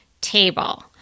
table